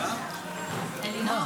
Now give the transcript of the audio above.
דקות לרשותך.